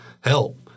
help